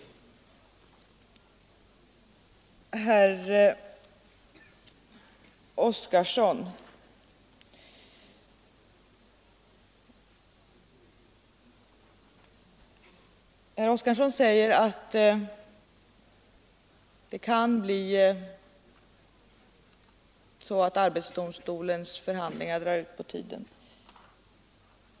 Herr Oskarson säger att det kan bli så att arbetsdomstolens förhandlingar drar ut på tiden.